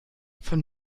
von